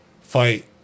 fight